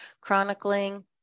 Chronicling